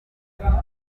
parfine